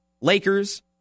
Lakers